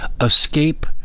escape